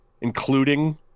including